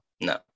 no